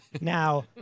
Now